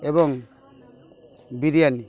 ଏବଂ ବିରିୟାନୀ